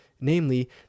namely